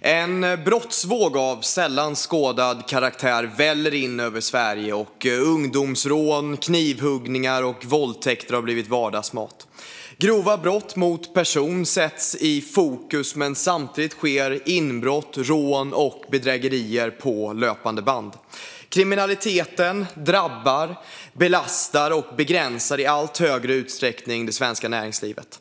En brottsvåg av sällan skådad karaktär väller in över Sverige. Ungdomsrån, knivhuggningar och våldtäkter har blivit vardagsmat. Grova brott mot person sätts i fokus, men samtidigt sker inbrott, rån och bedrägerier på löpande band. Kriminaliteten drabbar, belastar och begränsar i allt högre utsträckning det svenska näringslivet.